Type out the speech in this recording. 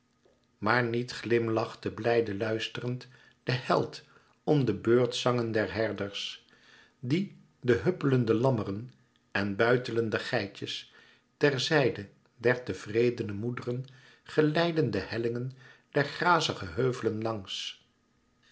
maar niet glimlachte blijde luisterend de held om de beurtzangen der herders die de huppelende lammeren en buitelende geitjes ter zijde der tevredene moederen geleidden de hellingen der grazige heuvelen langs